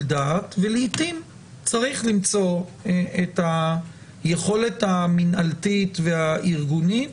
דעת ולעיתים צריך למצוא את היכולת המנהלתית והארגונית